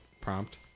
prompt